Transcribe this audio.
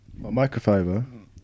microfiber